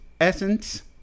essence